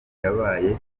yabaye